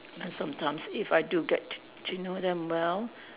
sometimes if I do get to to know them well